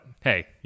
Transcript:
hey